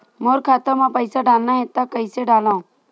मोर खाता म पईसा डालना हे त कइसे डालव?